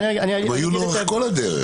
הן היו לאורך כל הדרך.